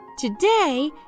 Today